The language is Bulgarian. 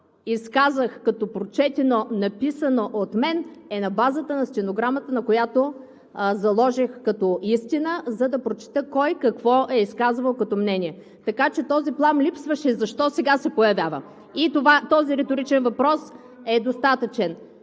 изказах като прочетено, написано от мен, е на базата на стенограмата, на която заложих като истина, за да прочета кой какво е изказвал като мнение. Така че този плам липсваше. Защо сега се появява? Този риторичен въпрос е достатъчен.